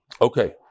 Okay